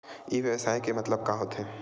ई व्यवसाय के मतलब का होथे?